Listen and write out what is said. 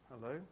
hello